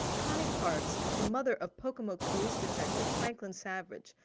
connie parks, the mother of pocomoke police detective, franklin savage,